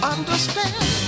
Understand